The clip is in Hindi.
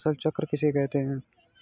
फसल चक्र किसे कहते हैं?